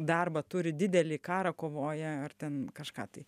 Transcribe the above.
darbą turi didelį karą kovoje ar ten kažką tai